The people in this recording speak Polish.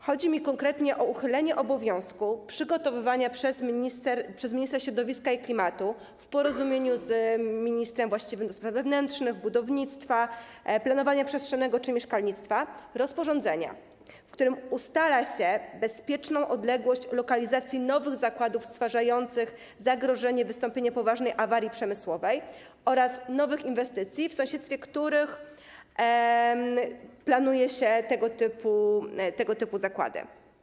Chodzi mi konkretnie o uchylenie obowiązku przygotowywania przez ministra środowiska i klimatu, w porozumieniu z ministrem właściwym do spraw wewnętrznych, budownictwa, planowania przestrzennego czy mieszkalnictwa, rozporządzenia, w którym ustala się bezpieczną odległość w przypadku lokalizacji nowych zakładów stwarzających zagrożenie wystąpienia poważnej awarii przemysłowej oraz nowych inwestycji, w sąsiedztwie których planuje się tego typu zakłady.